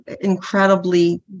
incredibly